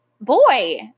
boy